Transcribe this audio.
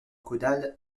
caudales